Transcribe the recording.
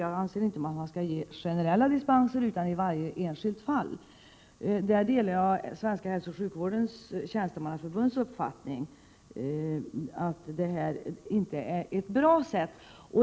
Jag anser inte att det skall ges generella dispenser, utan att varje enskilt fall skall bedömas. Där har jag samma uppfattning som Svenska hälsooch sjukvårdens tjänstemannaförbund, att detta inte är något bra sätt.